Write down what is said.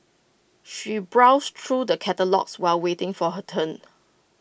she browsed through the catalogues while waiting for her turn